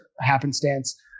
happenstance